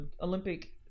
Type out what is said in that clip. Olympic